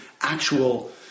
actual